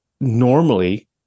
Normally